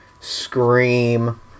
Scream